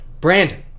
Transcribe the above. Brandon